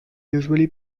usually